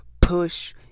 push